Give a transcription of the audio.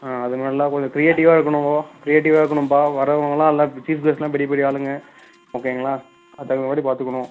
ஆ அது நல்லா கொஞ்சம் க்ரியேட்டிவாக இருக்கணும் க்ரியேட்டிவாக இருக்கணும்ப்பா வரவங்களாம் நல்லா சீஃப் கெஸ்ட்லாம் பெரிய பெரிய ஆளுங்க ஓகேங்களா அதற்கு தகுந்தமாதிரி பார்த்துக்கணும்